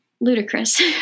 ludicrous